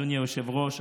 אדוני היושב-ראש.